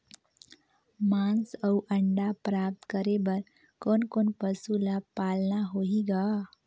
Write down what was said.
मांस अउ अंडा प्राप्त करे बर कोन कोन पशु ल पालना होही ग?